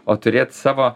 o turėt savo